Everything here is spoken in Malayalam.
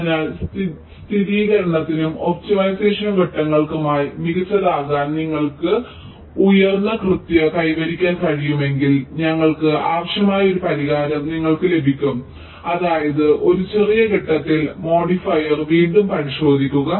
അതിനാൽ സ്ഥിരീകരണത്തിനും ഒപ്റ്റിമൈസേഷൻ ഘട്ടങ്ങൾക്കുമായി മികച്ചതാകാൻ നിങ്ങൾക്ക് ഉയർന്ന കൃത്യത കൈവരിക്കാൻ കഴിയുമെങ്കിൽ ഞങ്ങൾക്ക് ആവശ്യമായ ഒരു പരിഹാരം നിങ്ങൾക്ക് ലഭിക്കും അതായത് ഒരു ചെറിയ ഘട്ടത്തിൽ മോഡിഫയർ വീണ്ടും പരിശോധിക്കുക